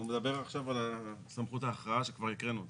הוא מדבר עכשיו על סמכות ההכרעה שכבר הקראנו אותה.